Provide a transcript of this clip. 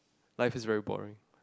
life is very boring